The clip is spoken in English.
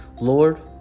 Lord